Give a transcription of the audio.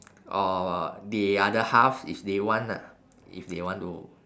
or the other half if they want lah if they want to